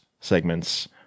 segments